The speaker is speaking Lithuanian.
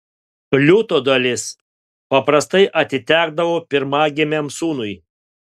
liūto dalis paprastai atitekdavo pirmagimiui sūnui